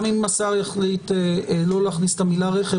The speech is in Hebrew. גם אם השר יחליט לא להכניס את המילה "רכב",